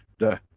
the